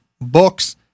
books